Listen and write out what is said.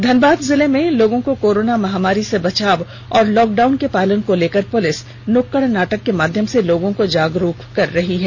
धनबाद जिले में लोगों को कोरोना महामारी से बचाव और लॉक डाउन के पालन को लेकर पुलिस नुक्कड़ नाटक के माध्यम से लोगों को जागरूक कर रही है